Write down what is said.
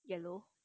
yellow